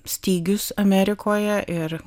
stygius amerikoje ir